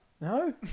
No